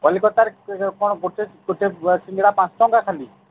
କଲିକତାରେ କ'ଣ ଗୋଟେ ଗୋଟେ ସିଙ୍ଗଡ଼ା ପାଞ୍ଚଟଙ୍କା ଖାଲି